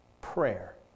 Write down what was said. Prayer